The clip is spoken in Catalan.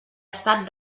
estat